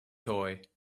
toy